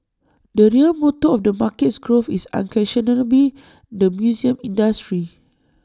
the real motor of the market's growth is unquestionably the museum industry